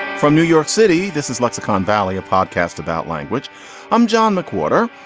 from new york city, this is lexicon valley, a podcast about language i'm john mcwhorter,